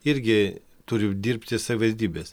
irgi turi dirbti savivaldybės